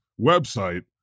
website